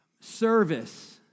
service